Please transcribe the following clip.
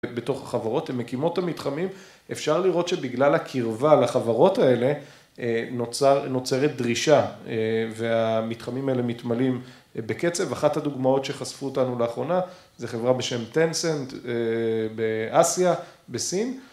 בתוך החברות המקימות המתחמים, אפשר לראות שבגלל הקרבה לחברות האלה נוצר, נוצרת דרישה, והמתחמים האלה מתמלאים בקצב. אחת הדוגמאות שחשפו אותנו לאחרונה זה חברה בשם טנסנד באסיה, בסין